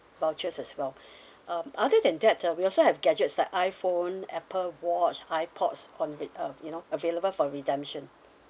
vouchers as well um other than that uh we also have gadgets like iPhone Apple watch ipods on re~ um you know available for redemption